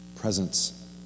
presence